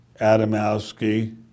Adamowski